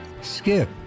skip